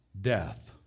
death